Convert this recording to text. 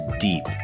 deep